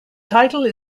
title